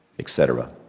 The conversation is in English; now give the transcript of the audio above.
etc.